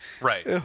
Right